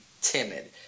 timid